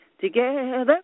Together